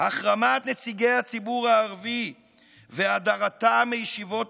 החרמת נציגי הציבור הערבי והדרתם מישיבות